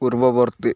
ପୂର୍ବବର୍ତ୍ତୀ